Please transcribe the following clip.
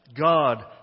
God